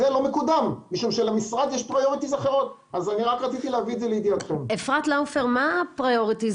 אז זה עובר ישיר בין משרד הבריאות